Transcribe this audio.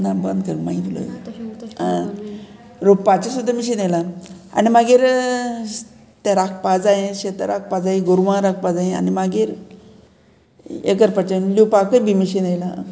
ना बंद कर रोंपपाचें सुद्दां मशीन येयलां आनी मागीर तें राखपा जाय शेतां राखपा जायी गोरवां राखपा जाये आनी मागीर हें करपाचें लिवपाकूय बी मशीन येयलां